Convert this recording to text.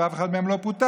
ואף אחד מהם לא פוטר,